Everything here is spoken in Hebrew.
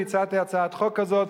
והצעתי הצעת חוק כזאת,